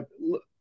look